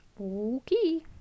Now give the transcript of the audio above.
Okay